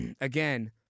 again